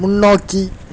முன்னோக்கி